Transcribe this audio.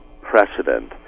precedent